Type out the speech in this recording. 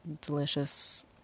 delicious